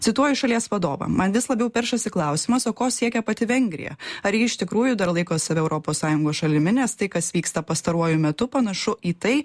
cituoju šalies vadovą man vis labiau peršasi klausimas o ko siekia pati vengrija ar ji iš tikrųjų dar laiko save europos sąjungos šalimi nes tai kas vyksta pastaruoju metu panašu į tai